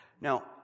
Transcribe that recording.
Now